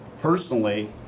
personally